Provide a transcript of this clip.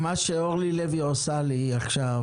מה שאורלי לוי עושה לי עכשיו,